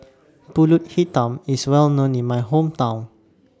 Pulut Hitam IS Well known in My Hometown